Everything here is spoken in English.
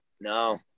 No